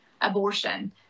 abortion